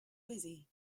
busy